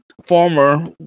former